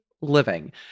living